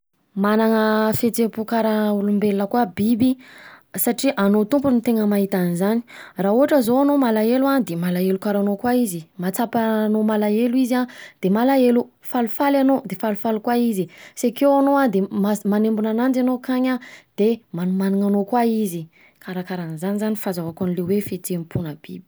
Manana fihetsem-po karaha olombelona koa biby, satria anao tompony tegna mahita anzagny, raha ohatra zao anao malahelo an, de malahelo karaha anao koa izy, mahatsapa anao malahelo izy an, de malahelo, falifaly anao de falifaly koa izy sy akeo anao an, de man- manembona ananjy anao akany an, de manimanina anao koa izy, karakaranzany zany fazahoako anle hoe: fihetsem-pona biby.